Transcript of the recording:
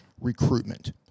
recruitment